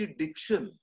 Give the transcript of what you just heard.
diction